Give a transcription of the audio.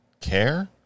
care